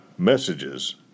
Messages